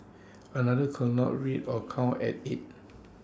another could not read or count at eight